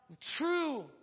true